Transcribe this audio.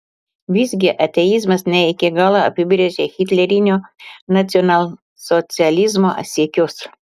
visgi ateizmas ne iki galo apibrėžia hitlerinio nacionalsocializmo siekius